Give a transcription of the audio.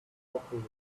properly